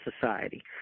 society